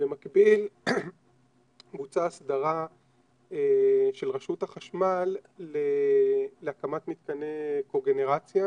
במקביל בוצעה הסדרה של רשות החשמל להקמת מתקני קוגנרציה.